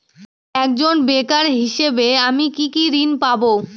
একজন বেকার হিসেবে আমি কি কি ঋণ পাব?